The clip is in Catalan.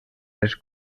les